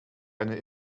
einer